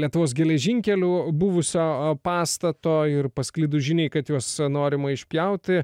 lietuvos geležinkelių buvusio pastato ir pasklidus žiniai kad juos norima išpjauti